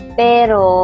pero